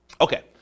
okay